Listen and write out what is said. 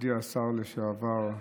מכובדי השר לשעבר,